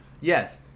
Yes